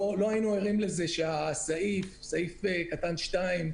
לא היינו ערים לזה שסעיף קטן (2),